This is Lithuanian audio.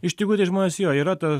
iš tikrųjų tai žmonės jo yra ta